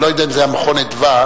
אני לא יודע אם זה היה של "מרכז אדוה",